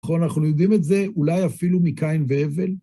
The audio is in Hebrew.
נכון, אנחנו יודעים את זה, אולי אפילו מקין והבל.